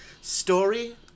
story